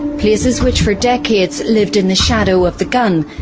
places which for decades lived in the shadow of the gun,